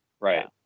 Right